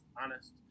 honest